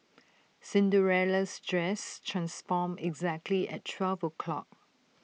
Cinderella's dress transformed exactly at twelve o' clock